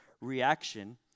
reaction